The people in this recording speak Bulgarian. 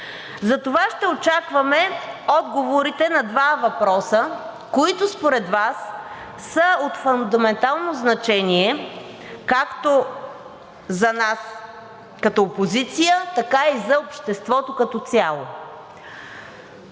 Затова ще очакваме отговорите на два въпроса, които според нас са от фундаментално значение както за нас като опозиция, така и за обществото като цяло.